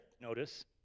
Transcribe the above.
notice